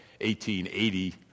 1880